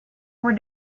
were